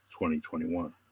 2021